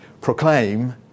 proclaim